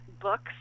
books